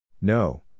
No